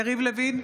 יריב לוין,